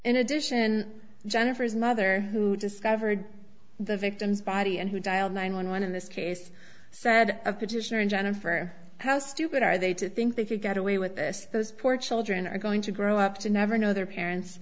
in addition jennifer's mother who discovered the victim's body and who dial nine one one in this case said a petitioner and jennifer how stupid are they to think they could get away with this those poor children are going to grow up to never know their parents